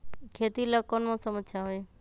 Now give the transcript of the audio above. खेती ला कौन मौसम अच्छा होई?